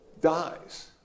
dies